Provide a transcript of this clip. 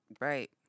Right